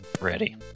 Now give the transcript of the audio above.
Ready